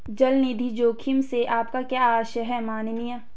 चल निधि जोखिम से आपका क्या आशय है, माननीय?